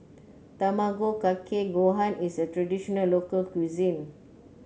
Tamago Kake Gohan is a traditional local cuisine